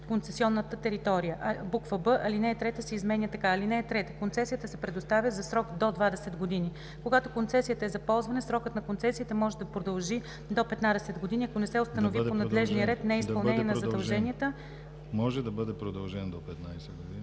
„концесионната територия“; б) алинея 3 се изменя така: „(3) Концесията се предоставя за срок до 20 години. Когато концесията е за ползване, срокът на концесията може да бъде продължен до 15 години, ако не се установи по надлежния ред неизпълнение на задълженията по концесионния договор.